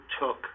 took